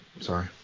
Sorry